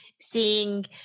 seeing